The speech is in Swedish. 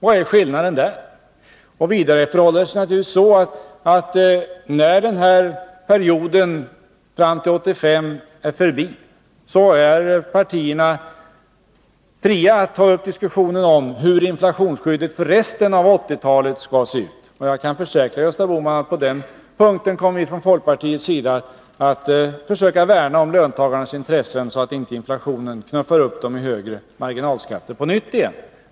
Vad är skillnaden där? Vidare förhåller det sig naturligtvis så att när den här perioden fram till 1985 är förbi, är partierna fria att ta upp diskussioner om hur inflationsskyddet för resten av 1980-talet skall se ut. Jag kan försäkra Gösta Bohman att på den punkten kommer vi från folkpartiets sida att försöka värna om löntagarnas intressen, så att inte inflationen knuffar upp dem i högre marginalskatter på nytt.